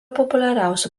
populiariausių